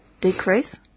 decrease